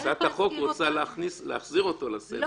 והצעת החוק רוצה להחזיר אותו לסדר, כמו שאומרים.